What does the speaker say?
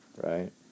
Right